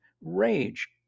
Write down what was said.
rage